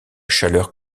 chaleur